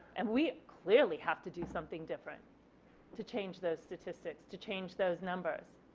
and we clearly have to do something different to change those statistics to change those numbers.